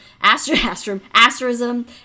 asterism